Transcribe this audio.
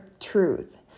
truth